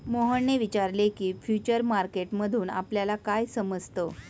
मोहनने विचारले की, फ्युचर मार्केट मधून आपल्याला काय समजतं?